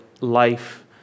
life